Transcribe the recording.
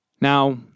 Now